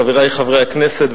חברי חברי הכנסת,